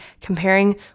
comparing